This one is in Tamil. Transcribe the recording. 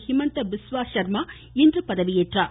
ஹிமந்தா பிஸ்வா சர்மா இன்று பதவியேற்றார்